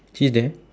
she's there